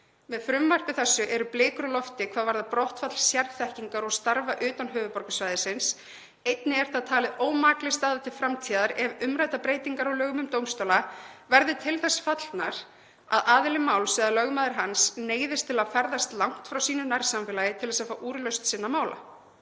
Með frumvarpi þessu eru blikur á lofti hvað varðar brottfall sérþekkingar og starfa utan höfuðborgarsvæðisins. Einnig er það talið ómakleg staða til framtíðar ef umræddar breytingar á lögum um dómstóla verði til þess fallnar að aðili máls eða lögmaður hans neyðist til að ferðast langt frá sínu nærsamfélagi til þess að fá úrlausn mála